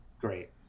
great